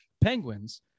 Penguins